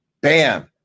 bam